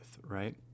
Right